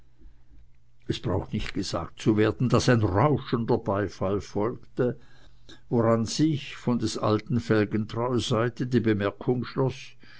es braucht nicht gesagt zu werden daß ein rauschender beifall folgte woran sich von des alten felgentreu seite die bemerkung schloß